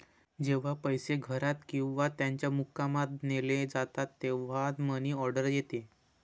जेव्हा पैसे घरात किंवा त्याच्या मुक्कामात नेले जातात तेव्हा मनी ऑर्डर येते